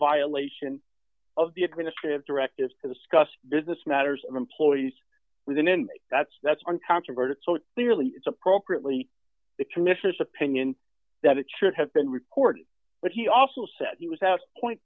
violation of the administrative directives to discuss business matters employees with and then that's that's uncontroverted so clearly it's appropriately the commissioner's opinion that it should have been reported but he also said he was asked point